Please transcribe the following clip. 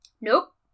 Nope